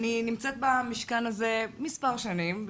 אני נמצאת במשכן הזה מספר שנים,